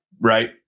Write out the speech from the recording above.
Right